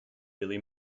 billie